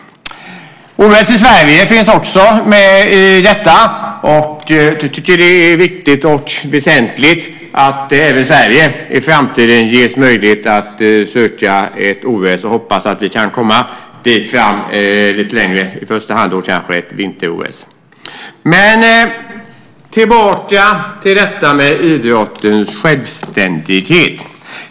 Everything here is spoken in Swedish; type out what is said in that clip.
OS i Sverige är också med i detta, och jag tycker att det är viktigt och väsentligt att även Sverige i framtiden ges möjlighet att söka ett OS. Hoppas att vi kan komma dithän lite längre fram, i första hand kanske ett vinter-OS. Tillbaka till idrottens självständighet.